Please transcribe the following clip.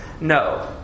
No